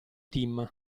team